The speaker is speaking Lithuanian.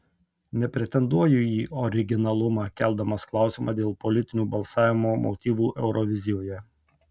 nepretenduoju į originalumą keldamas klausimą dėl politinių balsavimo motyvų eurovizijoje